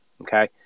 okay